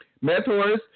Mentors